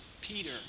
Peter